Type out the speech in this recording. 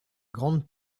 grande